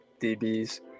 DBs